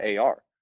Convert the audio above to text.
AR